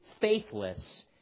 faithless